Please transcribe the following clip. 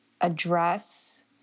address